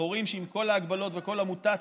אנחנו רואים שעם כל ההגבלות וכל המוטציות,